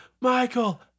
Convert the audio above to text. Michael